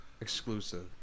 exclusive